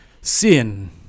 sin